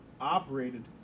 operated